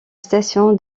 station